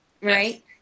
Right